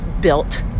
built